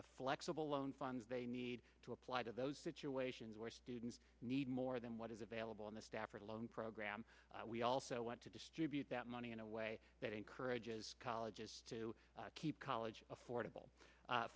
the flexible loan funds they need to apply to those situations where students need more than what is available in the stafford loan program we also want to distribute that money in a way that encourages colleges to keep college affordable